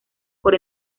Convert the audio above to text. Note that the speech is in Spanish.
por